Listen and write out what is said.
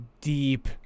deep